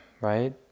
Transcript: right